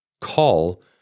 call